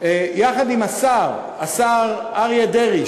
יחד עם השר אריה דרעי,